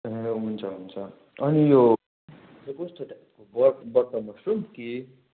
ए हुन्छ हुन्छ अनि यो कस्तो टाइपको ब बटन मसरुम कि